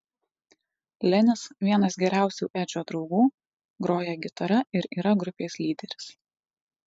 lenis vienas geriausių edžio draugų groja gitara ir yra grupės lyderis